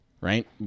right